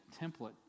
template